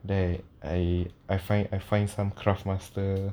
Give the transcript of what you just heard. they I I find I find some craft master